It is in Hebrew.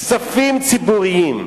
כספים ציבוריים,